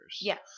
Yes